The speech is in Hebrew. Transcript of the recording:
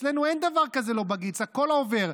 אצלנו אין דבר כזה "לא בגיץ", הכול עובר.